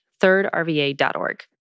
thirdrva.org